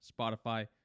Spotify